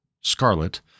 scarlet